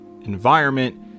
Environment